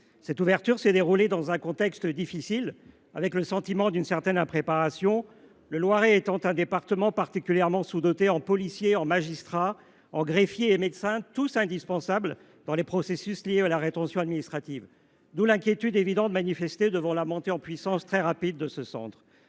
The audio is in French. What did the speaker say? Cette ouverture s’est déroulée dans un contexte difficile, avec le sentiment d’une certaine impréparation, le Loiret étant un département particulièrement sous doté en policiers, en magistrats, en greffiers et en médecins, tous indispensables dans les processus liés à la rétention administrative, d’où l’inquiétude manifestée devant la montée en puissance très rapide de ce centre.